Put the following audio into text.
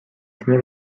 تیم